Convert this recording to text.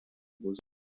بزرگ